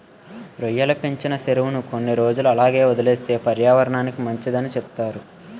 రొయ్యలు పెంచిన సెరువుని కొన్ని రోజులు అలాగే వదిలేస్తే పర్యావరనానికి మంచిదని సెప్తారు